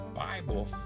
Bible